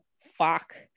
fuck